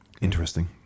interesting